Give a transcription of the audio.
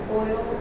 oil